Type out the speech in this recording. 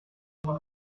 douze